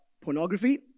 pornography